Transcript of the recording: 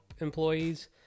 employees